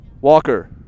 Walker